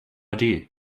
idea